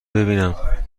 ببینم